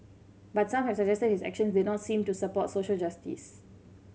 but some have suggested his actions did not seem to support social justice